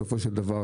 בסופו של דבר,